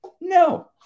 No